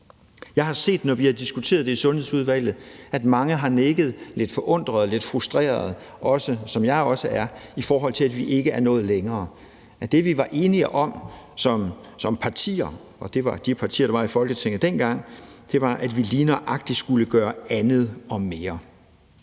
Jeg har set, når vi har diskuteret det i Sundhedsudvalget, at mange har virket lidt forundrede og lidt frustrerede, som jeg også selv er, i forhold til at vi ikke er nået længere, når det, vi var enige om som partier – de partier, som var i Folketinget dengang – var, at vi lige nøjagtig skulle gøre andet og mere.